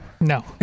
No